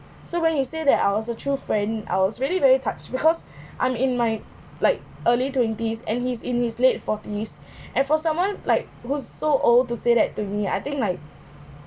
so when you say that I was a true friend I was really very touched because I'm in my like early twenties and he is in his late forties and for someone like who's so old to say that to me I think like